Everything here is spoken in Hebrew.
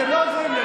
אתם לא עוזרים לי.